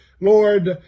Lord